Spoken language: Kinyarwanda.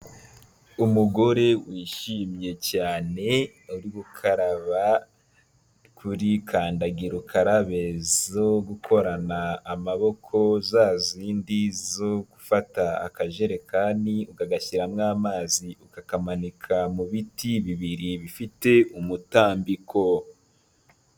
Umugore wishimye cyane uri gukaraba kuri kandagirakarabe zo gukorana amaboko za zindi zo gufata akajerekani ukagashyiramo amazi, ukakamanika mu biti bibiri bifite umutambiko.